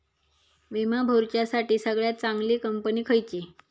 विमा भरुच्यासाठी सगळयात चागंली कंपनी खयची?